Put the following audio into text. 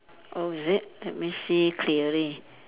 oh is it let me see clearly